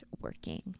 working